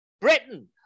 Britain